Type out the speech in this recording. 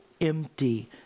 empty